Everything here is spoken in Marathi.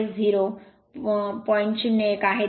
01 आहे